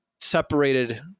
separated